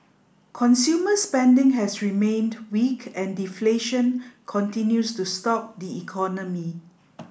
consumer spending has remained weak and deflation continues to stalk the economy